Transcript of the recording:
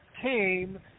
came